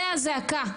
זה הזעקה,